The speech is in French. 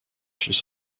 fus